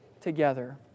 together